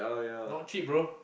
not cheap bro